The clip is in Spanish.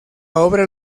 obra